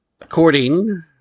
According